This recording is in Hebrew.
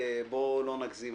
בואו לא נגזים.